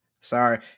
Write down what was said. Sorry